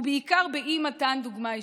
ובעיקר באי-מתן דוגמה אישית.